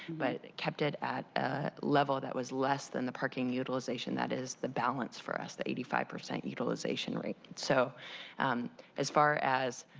but it kept it at a level that was less than the parking utilization that is a balance for us, the eighty five percent utilization rate. so um as far as